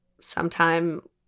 sometime